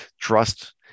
Trust